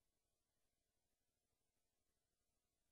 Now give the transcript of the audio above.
דרום, צפון, רכבת